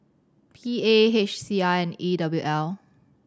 P A H C I and E W L